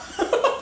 !huh!